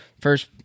first